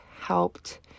helped